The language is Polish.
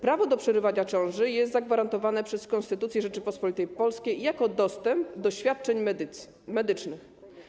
Prawo do przerywania ciąży jest zagwarantowane przez Konstytucję Rzeczypospolitej Polskiej, jako dostęp do świadczeń medycznych.